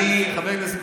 חבר הכנסת ביטון,